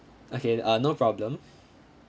okay uh no problem